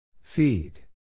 Feed